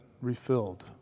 refilled